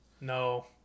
No